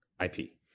IP